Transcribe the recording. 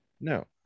No